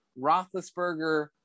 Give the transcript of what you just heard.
Roethlisberger